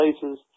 places